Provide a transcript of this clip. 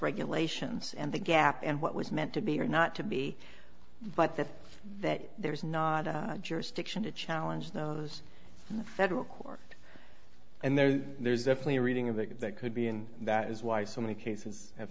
regulations and the gap and what was meant to be or not to be but that that there is not a jurisdiction to challenge those in the federal court and there there's definitely a reading of that that could be and that is why so many cases